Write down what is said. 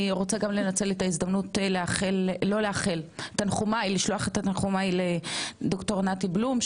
אני רוצה גם לנצל את ההזדמנות ולשלוח את תנחומיי לד"ר נתי בלום,